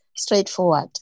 straightforward